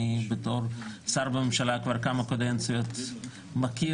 אני בתור שר בממשלה כבר כמה קדנציות מכיר